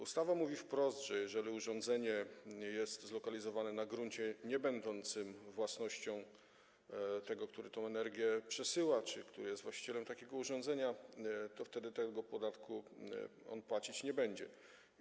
Ustawa mówi wprost, że jeżeli urządzenie jest zlokalizowane na gruncie niebędącym własnością tego, który tę energię przesyła czy który jest właścicielem takiego urządzenia, to on wtedy tego podatku nie będzie płacić.